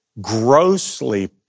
grossly